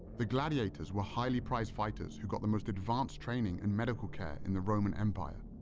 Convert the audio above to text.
the gladiators were highly prized fighters who got the most advanced training and medical care in the roman empire.